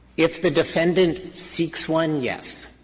if the defendant seeks one, yes.